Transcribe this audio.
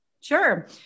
Sure